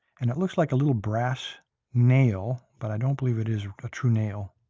and it looks like a little brass nail, but i don't believe it is a true nail.